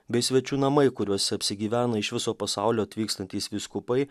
bei svečių namai kuriuose apsigyvena iš viso pasaulio atvykstantys vyskupai